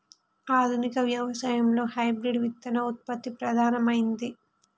ఆధునిక వ్యవసాయం లో హైబ్రిడ్ విత్తన ఉత్పత్తి ప్రధానమైంది